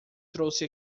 trouxe